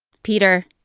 peter,